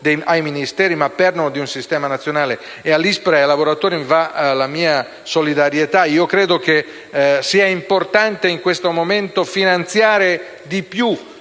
ai Ministeri, ma di perno di un sistema nazionale. All'ISPRA e ai suoi lavoratori va la mia solidarietà. Credo sia importante in questo momento finanziare di più